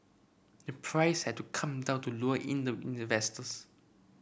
the price had to come down to lure in the in the